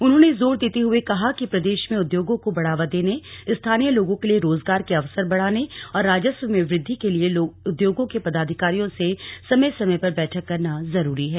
उन्होंने जोर देते हुए कि प्रदेश में उद्योगों को बढ़ावा देने स्थानीय लोगों के लिए रोजगार के अवसर बढ़ाने औरं राजस्व में वृद्धि के लिए उद्योगों के पदाधिकारियों से समय समय पर बैठक करना जरूरी है